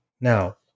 Now